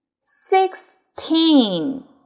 sixteen